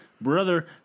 brother